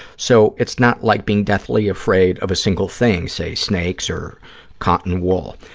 so, it's not like being deathly afraid of a single thing, say, snakes or cotton wool.